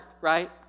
Right